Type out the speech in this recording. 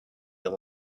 them